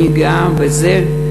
אני גאה בזה,